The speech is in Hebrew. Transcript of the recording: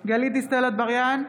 גלית דיסטל אטבריאן,